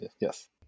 Yes